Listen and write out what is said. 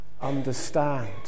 understand